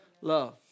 Love